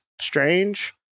Strange